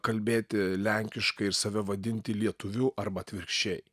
kalbėti lenkiškai ir save vadinti lietuviu arba atvirkščiai